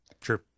True